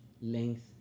length